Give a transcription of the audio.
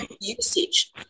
usage